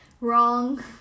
wrong